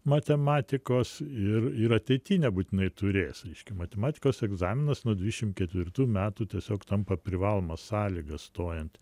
matematikos ir ir ateity nebūtinai turės reiškia matematikos egzaminas nuo dvidešim ketvirtų metų tiesiog tampa privaloma sąlyga stojant